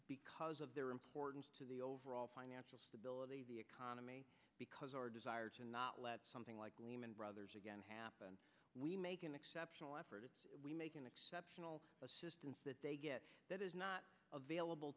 because of their importance to the overall financial economy because our desire to not let something like lehman brothers again happen we make an exceptional effort we make an exceptional assistance that they get that is not available